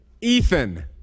Ethan